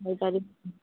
ହେଇପାରେ